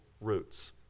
roots